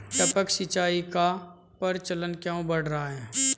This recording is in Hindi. टपक सिंचाई का प्रचलन क्यों बढ़ रहा है?